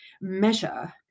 measure